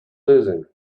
losing